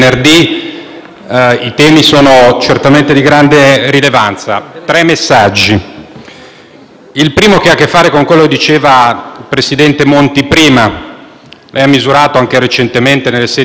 Il primo ha a che fare con quello che ha detto prima il presidente Monti. Lei, presidente Conte, ha misurato, anche recentemente, nelle sedi europee la diffidenza nei confronti dell'Italia, a volte marcata anche da stereotipi. Non voglio